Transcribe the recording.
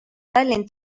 tallinn